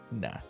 nah